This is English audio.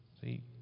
See